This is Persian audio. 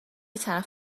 طرف